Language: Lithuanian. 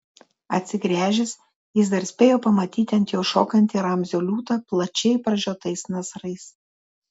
atsigręžęs jis dar spėjo pamatyti ant jo šokantį ramzio liūtą plačiai pražiotais nasrais